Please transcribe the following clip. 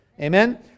Amen